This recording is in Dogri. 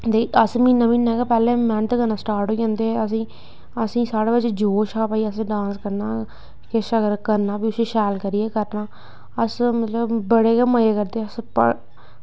ते अस म्हीना म्हीना गै पैह्लें मैह्नत करना स्टार्ट होई जंदे हे असें ई असें ई साढ़े बिच्च जोश हा भई असें डांस करना किश अगर करना ते उसी शैल करियै करना अस मतलब बड़े गै मज़े करदे हे अस पर